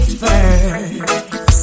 first